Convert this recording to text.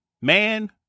man